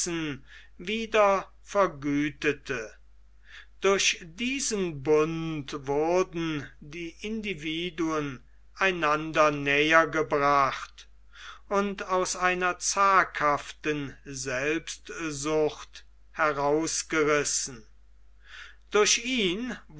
wieder vergütete durch diesen bund wurden die individuen einander näher gebracht und aus einer zaghaften selbstsucht herausgerissen durch ihn